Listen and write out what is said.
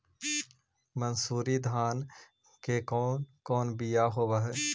मनसूरी धान के कौन कौन बियाह होव हैं?